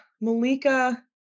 Malika